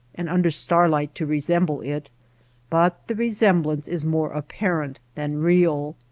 and under starlight to resemble it but the resem blance is more apparent than real.